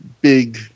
big